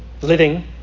living